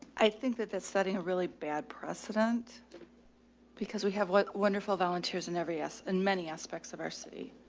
i think that that's setting a really bad precedent because we have one wonderful volunteers in every yes in many aspects of our city.